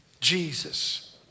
Jesus